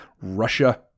Russia